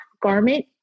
garment